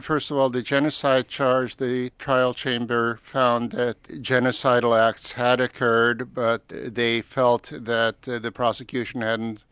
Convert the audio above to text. first of all the genocide charge, the trial chamber found that genocidal acts had occurred, but they felt that the prosecution hadn't